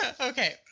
Okay